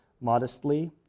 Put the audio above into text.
modestly